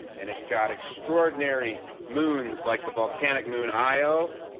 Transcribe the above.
and it's got extraordinary moons like the volcanic moon, io,